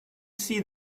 see